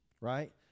right